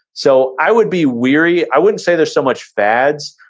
so i would be weary, i wouldn't say there's so much fads,